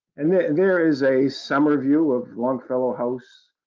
and there there is a summer view of longfellow house.